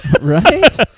Right